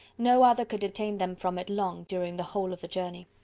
no other could detain them from it long, during the whole of the journey.